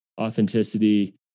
authenticity